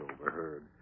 overheard